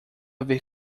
ver